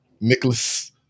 Nicholas